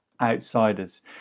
outsiders